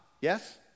Yes